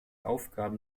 aufgaben